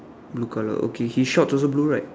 blue colour okay his shorts also blue right